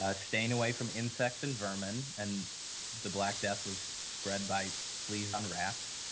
ah staying away from insects and vermin and the black death was spread by fleas on rats,